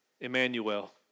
Emmanuel